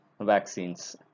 vaccines